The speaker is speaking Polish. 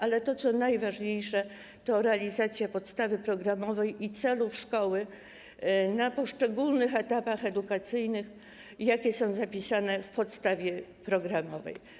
Ale to, co jest najważniejsze, to realizacja podstawy programowej i celów szkoły na poszczególnych etapach edukacyjnych, jakie są zapisane w podstawie programowej.